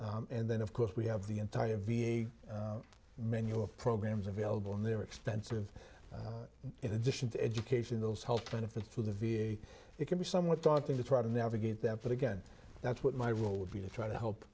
and then of course we have the entire v a menu of programs available and they are expensive in addition to education those health benefits for the v a it can be somewhat daunting to try to navigate that but again that's what my role would be to try to help